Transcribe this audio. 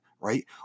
right